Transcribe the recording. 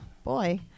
Boy